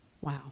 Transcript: Wow